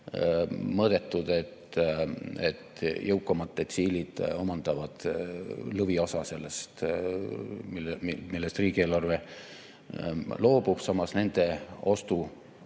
mõõdetud, et jõukamad detsiilid omandavad lõviosa sellest, millest riigieelarve loobub, samas nende